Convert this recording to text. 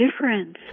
Difference